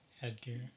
headgear